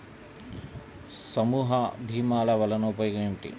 సమూహ భీమాల వలన ఉపయోగం ఏమిటీ?